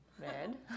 Red